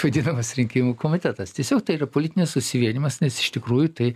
vadinamas rinkimų komitetas tiesiog tai yra politinis susivienijimas nes iš tikrųjų tai